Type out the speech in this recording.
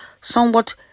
somewhat